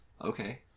Okay